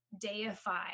deify